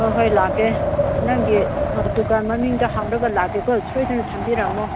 ꯍꯣꯏ ꯍꯣꯏ ꯂꯥꯛꯀꯦ ꯅꯪꯒꯤ ꯗꯨꯀꯥꯟ ꯃꯃꯤꯡꯗꯣ ꯍꯪꯂꯒ ꯂꯥꯛꯀꯦꯀꯣ ꯁꯣꯏꯗꯅ ꯊꯝꯕꯤꯔꯝꯃꯣ